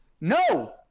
No